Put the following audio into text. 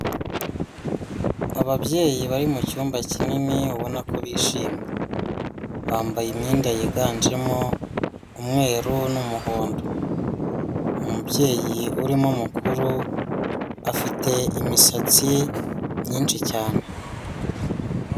Ababyeyi bari mu cyumba kinini, ubona ko bishimye. Bambaye imyenda yiganjemo umweru n'umuhondo. Umubyeyi urimo mukuru, afite imisatsi myinshi cyane.